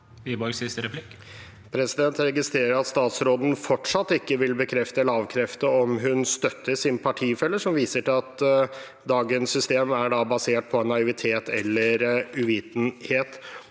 Jeg registrerer at statsråden fortsatt ikke vil bekrefte eller avkrefte om hun støtter sin partifelle, som viser til at dagens system er basert på naivitet eller uvitenhet.